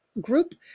group